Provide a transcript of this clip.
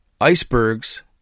icebergs